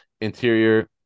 Interior